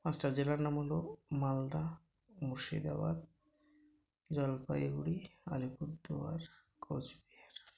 পাঁচটা জেলার নাম হলো মালদা মুর্শিদাবাদ জলপাইগুড়ি আলিপুরদুয়ার কোচবিহার